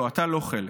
לא, אתה לא חלק,